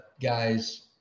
guys